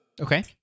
Okay